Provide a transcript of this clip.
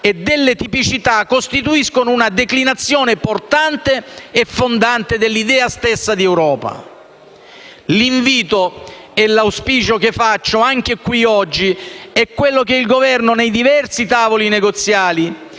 e delle tipicità costituiscono una declinazione portante e fondante dell'idea stessa di Europa. L'invito e l'auspicio che faccio, anche qui oggi, è quello che il Governo, nei diversi tavoli negoziali,